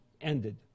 ended